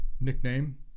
nickname